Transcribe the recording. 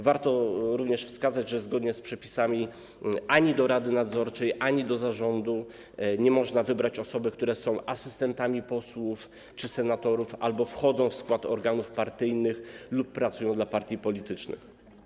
Warto także wskazać, że zgodnie z przepisami ani do rady nadzorczej, ani do zarządu nie można wybrać osób, które są asystentami posłów czy senatorów albo wchodzą w skład organów partyjnych lub pracują dla partii politycznych.